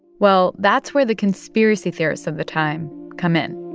well, that's where the conspiracy theorists of the time come in.